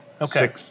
Okay